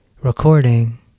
recording